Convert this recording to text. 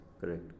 correct